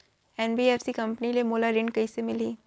NBFC company ले मोला ऋण कइसे मिलही?